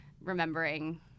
remembering